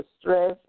stress